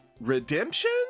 redemption